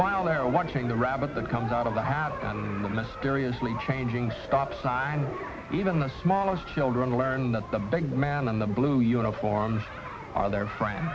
while they're watching the rabbits that comes out of the the mysteriously changing stop sign even the smallest children learn that the big man in the blue uniforms are their friends